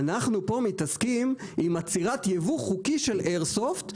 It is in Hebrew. אנחנו פה מתעסקים עם עצירת ייבוא חוקי של איירסופט,